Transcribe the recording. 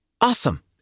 awesome